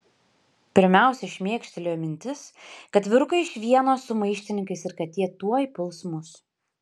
pirmiausia šmėkštelėjo mintis kad vyrukai iš vieno su maištininkais ir kad jie tuoj puls mus